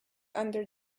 under